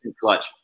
clutch